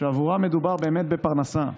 שעבורן מדובר באמת בפרנסה,